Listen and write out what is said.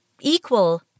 equal